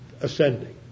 ascending